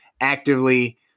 actively